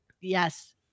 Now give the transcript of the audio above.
Yes